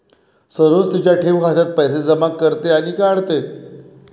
सरोज तिच्या ठेव खात्यात पैसे जमा करते आणि काढते